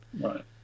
Right